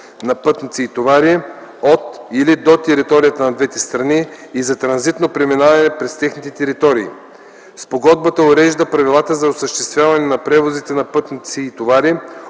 на пътници и товари от или до територията на двете страни и за транзитно преминаване през техните територии. Спогодбата урежда правилата за осъществяване на превозите на пътници и товари,